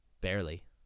Barely